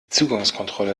zugangskontrolle